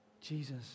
Jesus